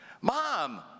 Mom